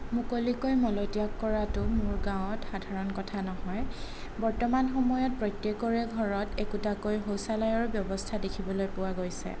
মুকলিকৈ মলত্যাগ কৰাটো মোৰ গাঁৱত সাধাৰণ কথা নহয় বৰ্তমান সময়ত প্ৰত্য়েকৰে ঘৰত একোটাকৈ শৌচালয়ৰ ব্যৱস্থা দেখিবলৈ পোৱা গৈছে